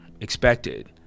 expected